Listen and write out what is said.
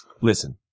Listen